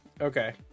okay